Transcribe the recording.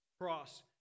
cross